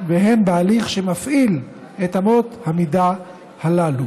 והן בהליך שמפעיל את אמות המידה הללו.